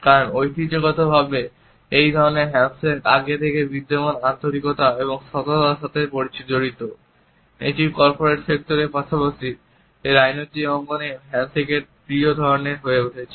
কারণ ঐতিহ্যগতভাবে এই ধরনের হ্যান্ডশেক আগে থেকে বিদ্যমান আন্তরিকতা এবং সততার সাথে জড়িত এটি কর্পোরেট সেক্টরের পাশাপাশি রাজনৈতিক অঙ্গনেও হ্যান্ডশেকের একটি প্রিয় ধরনের হয়ে উঠেছে